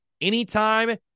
anytime